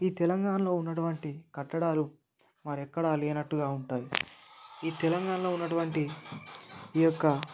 ఈ తెలంగాణలో ఉన్నటువంటి కట్టడాలు మరి ఎక్కడా లేనట్టుగా ఉంటాయి ఈ తెలంగాణలో ఉన్నటువంటి ఈ యొక్క